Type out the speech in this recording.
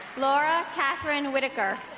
laura katherine whitaker